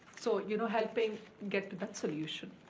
so, you know, helping get to that solution.